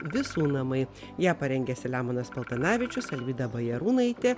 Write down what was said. visų namai ją parengė selemonas paltanavičius alvyda bajarūnaitė